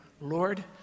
Lord